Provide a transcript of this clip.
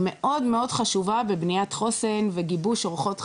מאוד חשובה בבניית חוסן ובגיבוש אורחות חיים.